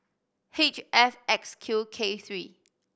H F X Q K three